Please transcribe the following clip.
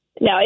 No